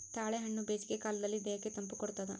ತಾಳೆಹಣ್ಣು ಬೇಸಿಗೆ ಕಾಲದಲ್ಲಿ ದೇಹಕ್ಕೆ ತಂಪು ಕೊಡ್ತಾದ